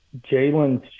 Jalen